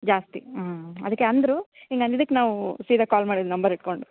ಜಾಸ್ತಿ ಹ್ಞೂ ಅದಕ್ಕೆ ಅಂದರು ಹಿಂಗೆ ಅಂದಿದ್ದಕ್ಕೆ ನಾವೂ ಸೀದ ಕಾಲ್ ಮಾಡಿದ್ದು ನಂಬರ್ ಇಟ್ಕೊಂಡು